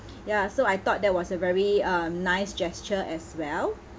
ya so I thought that was a very um nice gesture as well